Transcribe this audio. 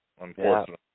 Unfortunately